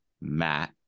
matt